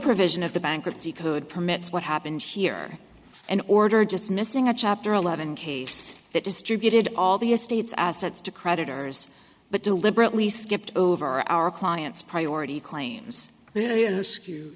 provision of the bankruptcy code permits what happened here an order just missing a chapter eleven case that distributed all the estates assets to creditors but deliberately skipped over our clients priority claims t